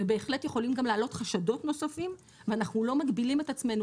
ובהחלט יכולים גם לעלות חשדות נוספים ואנחנו לא מגבילים את עצמנו,